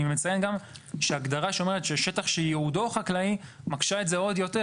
אני מציין גם שהגדרה שאומרת ש"שטח שייעודו חקלאי" מקשה את זה עוד יותר,